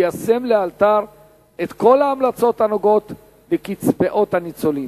וליישם לאלתר את כל ההמלצות הנוגעות בקצבאות הניצולים.